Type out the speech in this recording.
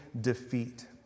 defeat